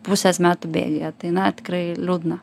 pusės metų bėgyje tai na tikrai liūdna